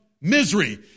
misery